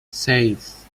seis